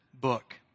book